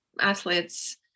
athletes